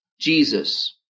Jesus